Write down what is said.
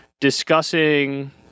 discussing